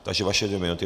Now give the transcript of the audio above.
Takže vaše dvě minuty.